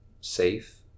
safe